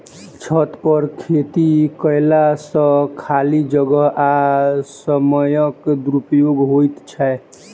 छतपर खेती कयला सॅ खाली जगह आ समयक सदुपयोग होइत छै